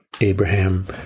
Abraham